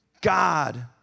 God